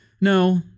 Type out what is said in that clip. no